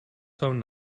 phone